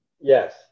yes